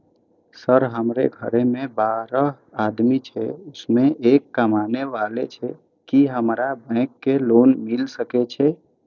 Sir हमरो घर में बारह आदमी छे उसमें एक कमाने वाला छे की हमरा बैंक से लोन मिल सके छे?